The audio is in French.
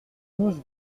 douze